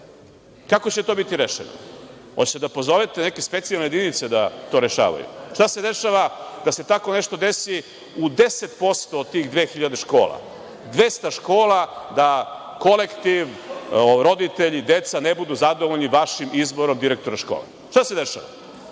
Kako će to biti rešeno? Hoćete da pozovete neke specijalne jedinice da to rešavaju? Šta se dešava kad bi se tako nešto desilo u 10% od tih dve hiljade škola, dvesta škola, da kolektiv, roditelji, deca, ne budu zadovoljni vašim izborom direktora škole? Šta se dešava?